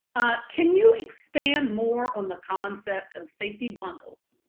can you, expand more on the concept of safety bundles?